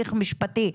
מתהליך משפטי.